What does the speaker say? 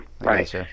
right